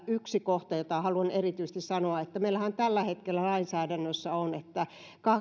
yksi kohta josta haluan erityisesti sanoa on merkityksellistä että meillähän tällä hetkellä lainsäädännössä on että